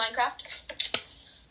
minecraft